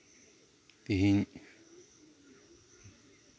ᱛᱤᱦᱤᱧ